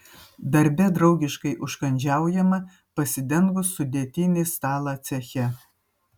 darbe draugiškai užkandžiaujama pasidengus sudėtinį stalą ceche